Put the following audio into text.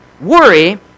Worry